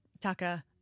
Tucker